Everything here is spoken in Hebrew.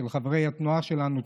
של חברי התנועה שלנו,